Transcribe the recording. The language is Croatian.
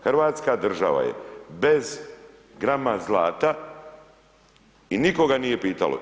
Hrvatska država je bez grama zlata i nikoga nije pitala.